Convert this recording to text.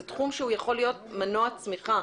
זה תחום שיכול להיות מנוע צמיחה